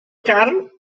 carn